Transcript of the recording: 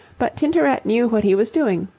but tintoret knew what he was doing,